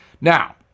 Now